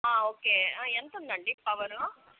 okay ఎంతుందండీ power